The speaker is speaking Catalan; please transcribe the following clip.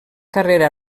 carrera